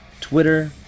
Twitter